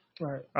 Right